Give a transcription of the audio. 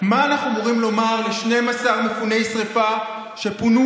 מה אנחנו אמורים לומר ל-12 מפוני שרפה שפונו